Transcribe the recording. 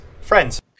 friends